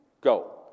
go